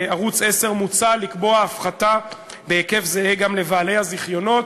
מוצע לקבוע הפחתה בהיקף זהה גם לבעלי הזיכיונות